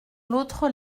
l’autre